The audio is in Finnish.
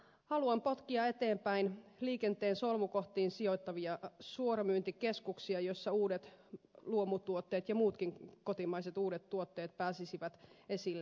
haluan potkia eteenpäin liikenteen solmukohtiin sijoitettavia suoramyyntikeskuksia joissa uudet luomutuotteet ja muutkin kotimaiset uudet tuotteet pääsisivät esille